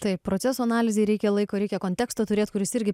taip procesų analizei reikia laiko reikia konteksto turėt kuris irgi